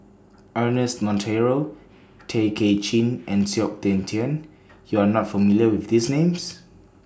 Ernest Monteiro Tay Kay Chin and Tian YOU Are not familiar with These Names